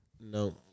No